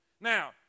Now